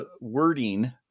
wording